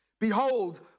Behold